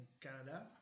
Canada